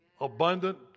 Abundant